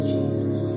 Jesus